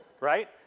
right